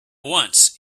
once